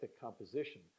composition